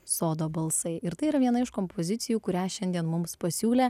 sodo balsai ir tai yra viena iš kompozicijų kurią šiandien mums pasiūlė